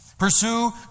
Pursue